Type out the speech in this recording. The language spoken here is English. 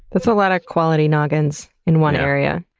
that's a lot of quality noggins in one area.